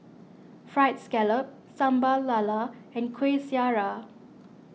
Fried Scallop Sambal Lala and Kuih Syara